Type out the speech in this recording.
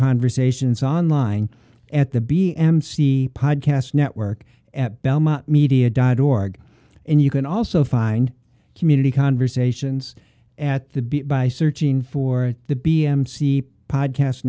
conversations online at the b m c podcast network at belmont media dot org and you can also find community conversations at the beat by searching for the b m see podcast